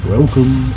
Welcome